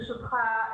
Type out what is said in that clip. ברשותך,